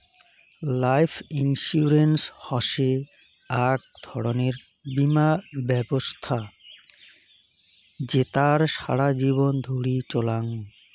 life insurance হসে আক ধরণের বীমা ব্যবছস্থা জেতার সারা জীবন ধরি চলাঙ